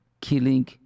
killing